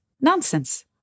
nonsense